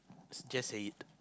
just say it